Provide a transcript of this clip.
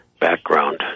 background